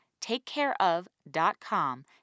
TakeCareOf.com